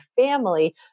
family